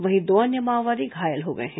वहीं दो अन्य माओवादी घायल हो गए हैं